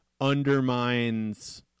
undermines